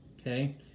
Okay